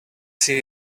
see